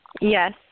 Yes